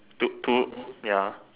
took two ya